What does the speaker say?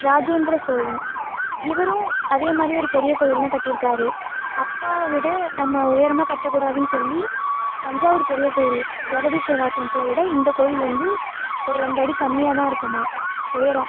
ராஜேந்திர சோழன் இவரும் அதே மாதிரி ஒரு பெரிய கோவில்தான் கட்டியிருக்காரு அப்பாவை விட நம்ம உயரமாக கட்ட கூடாதுன்னு சொல்லி தஞ்சாவூர் பெரிய கோயில் பிரகதீஸ்வரா டெம்பிளை விட இந்த கோயில் வந்து ஒரு ரெண்டு அடி கம்மியாகதான் இருக்குமாம் உயரம்